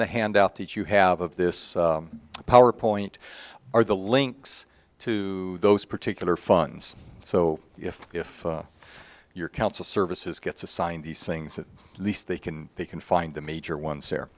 the handout that you have of this power point are the links to those particular funds so if if your council services gets assigned these things at least they can they can find the major ones where